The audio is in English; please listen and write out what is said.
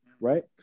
right